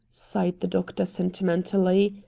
sighed the doctor sentimentally,